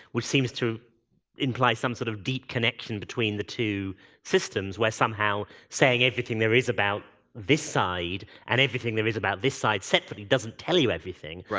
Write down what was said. which seems to imply some sort of deep connection between the two systems, where somehow saying everything there is about this side, and everything there is about this side separate doesn't tell you anything.